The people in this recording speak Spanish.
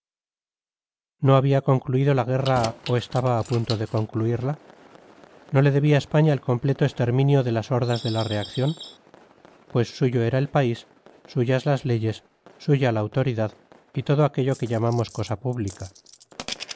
no había concluido la guerra o estaba a punto de concluirla no le debía españa el completo exterminio de las hordas de la reacción pues suyo era el país suyas las leyes suya la autoridad y todo aquello que llamamos cosa pública